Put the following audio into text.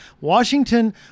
Washington